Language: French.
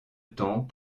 temps